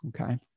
Okay